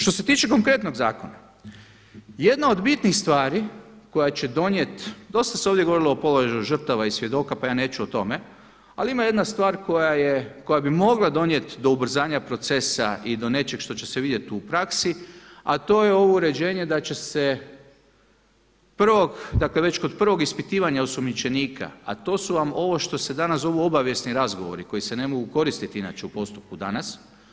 Što se tiče konkretnog zakona, jedna od bitnih stvari koja će donijeti, dosta se ovdje govorilo o položaju žrtava i svjedoka, pa ja neću o tome, ali ima jedna stvar koja bi mogla donijet do ubrzanja procesa i do nečeg što će se vidjet u praksi, a to je ovo uređenje da će se prvog, dakle kog već prvog ispitivanja osumnjičenika, a to su vam ovo što se danas zovu obavijesni razgovori koji se ne mogu koristiti inače u postupku danas.